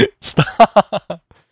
stop